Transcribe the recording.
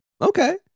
okay